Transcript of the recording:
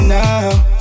now